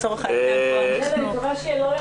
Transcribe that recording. אני אצטרף להימור